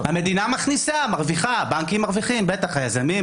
המדינה מכניסה ומרוויחה היזמים,